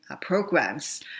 programs